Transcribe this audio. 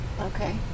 Okay